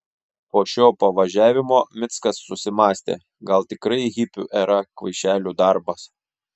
po šio pavažiavimo mickas susimąstė gal tikrai hipių era kvaišelių darbas